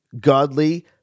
godly